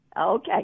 Okay